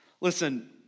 Listen